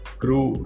crew